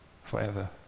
forever